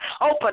open